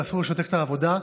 ואסור לשתק את העבודה.